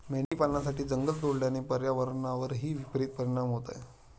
मेंढी पालनासाठी जंगल तोडल्याने पर्यावरणावरही विपरित परिणाम होत आहे